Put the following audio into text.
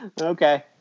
Okay